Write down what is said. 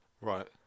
right